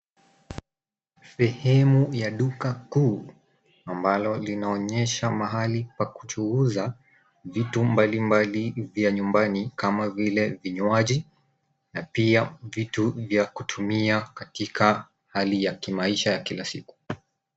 Sehemu ya duka kuu ambalo linaonyesha pahali pa kuchuuza vitu mbali mbali vya nyumbani kama vile vinywaji na pia vitu vya kutumia katika hali ya kimaisha ya kila siku.